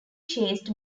chased